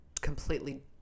completely